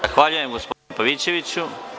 Zahvaljujem gospodine Pavićeviću.